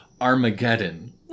Armageddon